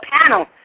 panel